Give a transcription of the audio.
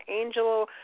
angel